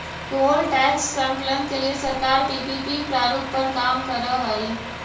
toll tax संकलन के लिए सरकार पीपीपी प्रारूप पर काम करऽ हई